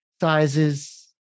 sizes